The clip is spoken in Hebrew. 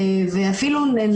איננו מקבל ביטוי מכבד.